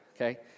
okay